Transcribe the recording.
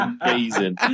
amazing